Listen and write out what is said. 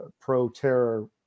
pro-terror